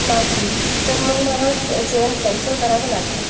नाही तर मग मला के जेवण कॅन्सल करावं लागेल